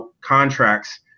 contracts